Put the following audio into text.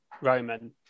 Roman